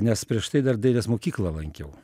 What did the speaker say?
nes prieš tai dar dailės mokyklą lankiau